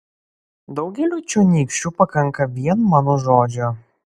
daugeliui čionykščių pakanka vien mano žodžio